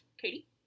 Katie